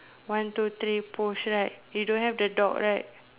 one two three push right you don't have the dog right